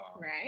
Right